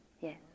Yes